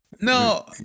No